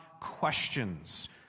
questions